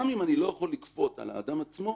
גם אם אני לא יכול לכפות על האדם עצמו,